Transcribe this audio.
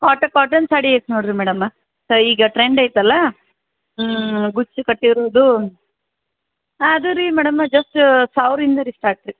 ಕಾಟ ಕಾಟನ್ ಸಾಡಿ ಎಷ್ಟು ನೋಡಿ ರೀ ಮೇಡಮ್ ಸೊ ಈಗ ಟ್ರೆಂಡ್ ಐತಲ್ಲಾ ಗುಚ್ಚಿ ಕಟ್ಟಿರೋದು ಹಾಂ ಅದು ರೀ ಮೇಡಮ್ ಜಸ್ಟ್ ಸಾವಿರ ಇನ್ನೂರು ಇಷ್ಟು ಆಗ್ತತಿ